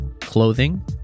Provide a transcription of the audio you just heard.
clothing